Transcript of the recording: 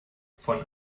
von